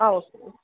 ஆ ஒகேங்க